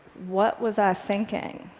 what was i thinking?